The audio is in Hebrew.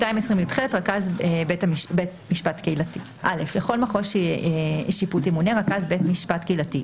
220יח.רכז בית משפט קהילתי לכל מחוז שיפו ימונה רכז בית משפט קהילתי,